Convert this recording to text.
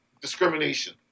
discrimination